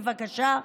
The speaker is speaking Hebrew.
בבקשה,